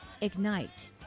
ignite